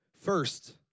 First